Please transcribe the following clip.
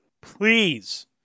Please